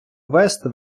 ввести